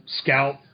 Scout